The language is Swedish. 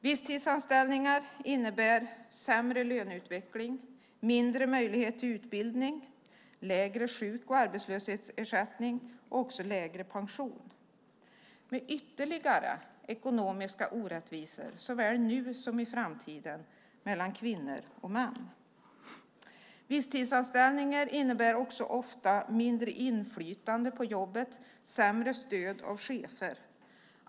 Visstidsanställningar innebär sämre löneutveckling, mindre möjlighet till utbildning, lägre sjuk och arbetslöshetsersättning och lägre pensioner, vilket leder till ytterligare ekonomiska orättvisor, såväl nu som i framtiden, mellan kvinnor och män. Visstidsanställningar innebär också ofta mindre inflytande på jobbet och sämre stöd av chefer.